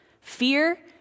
Fear